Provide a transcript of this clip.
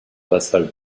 vassal